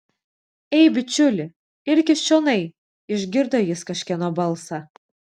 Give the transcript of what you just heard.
ei bičiuli irkis čionai išgirdo jis kažkieno balsą